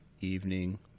evening